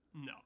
no